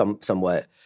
somewhat